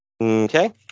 Okay